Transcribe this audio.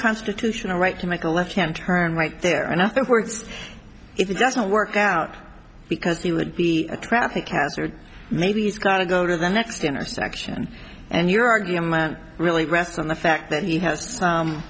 constitutional right to make a left hand turn right there in other words if it doesn't work out because he would be a traffic hazard maybe he's got to go to the next intersection and your argument really rests on the fact that he has